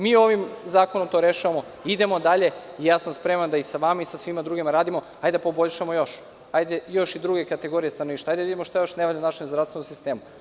Mi ovim zakonom to rešavamo, idemo dalje, i spreman sam da i sa vama i sa svima drugima radimo, hajde da poboljšamo još, hajde još i druge kategorije stanovništva, hajde da vidimo šta još ne radi u našem zdravstvenom sistemu.